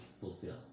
fulfill